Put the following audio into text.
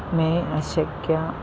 मे अशक्या